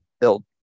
Build